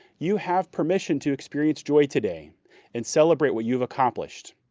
you have permission to experience joy today and celebrate what you've accomplished.